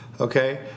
Okay